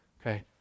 Okay